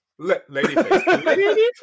Ladyface